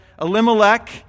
Elimelech